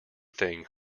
thing